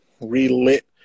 relit